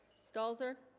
stalls er